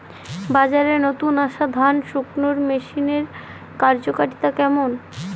বাজারে নতুন আসা ধান শুকনোর মেশিনের কার্যকারিতা কেমন?